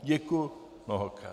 Děkuji mnohokrát.